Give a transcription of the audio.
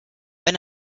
wenn